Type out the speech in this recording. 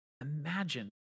Imagine